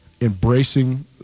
embracing